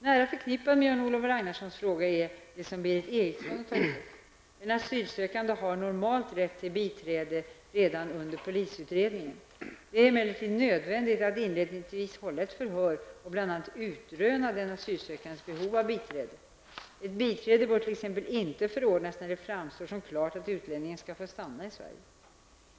Nära förknippat med Jan-Olof Ragnarssons fråga är det som Berith Eriksson har tagit upp. Det är emellertid nödvändigt att inledningsvis hålla ett förhör och bl.a. utröna den asylsökandes behov av biträde. Ett biträde bör t.ex. inte förordnas när det framstår som klart att utlänningen skall få stanna i Sverige.